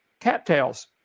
cattails